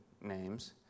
names